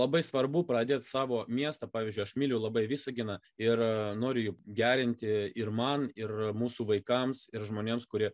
labai svarbu pradėti savo miestą pavyzdžiui aš myliu labai visaginą ir noriu jį gerinti ir man ir mūsų vaikams ir žmonėms kurie